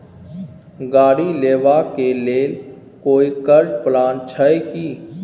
गाड़ी लेबा के लेल कोई कर्ज प्लान छै की?